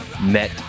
met